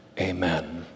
Amen